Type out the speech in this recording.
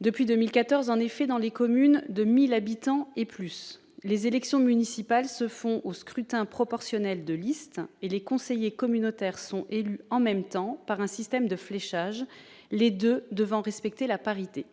Depuis 2014, dans les communes de 1 000 habitants et plus, les élections municipales ont lieu au scrutin proportionnel de liste et les conseillers communautaires sont élus en même temps par un système de fléchage, les deux devant respecter la parité.